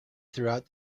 throughout